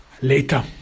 Later